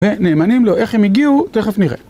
ונאמנים לו איך הם הגיעו, תכף נראה.